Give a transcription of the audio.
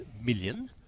million